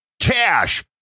cash